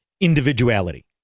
individuality